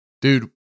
dude